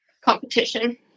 competition